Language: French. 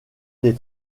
des